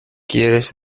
quieres